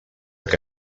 que